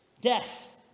death